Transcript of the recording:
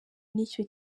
n’icyo